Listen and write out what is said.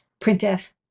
printf